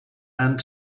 and